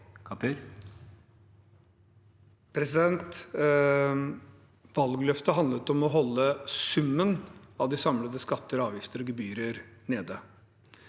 Valgløftet handlet om å holde summen av de samlede skatter, avgifter og gebyrer nede.